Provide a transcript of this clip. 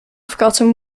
forgotten